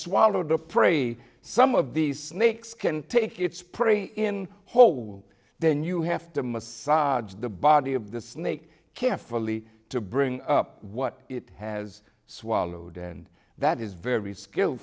swallowed the prairie some of these snakes can take its prey in whole then you have to massage the body of the snake carefully to bring up what it has swallowed and that is very skill